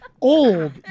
Old